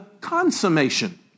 consummation